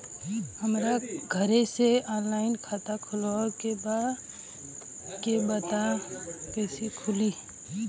हमरा घरे से ऑनलाइन खाता खोलवावे के बा त कइसे खुली?